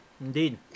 indeed